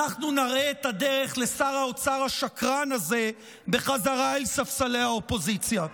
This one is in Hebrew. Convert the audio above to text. אנחנו נראה את הדרך לשר האוצר השקרן הזה בחזרה אל ספסלי האופוזיציה.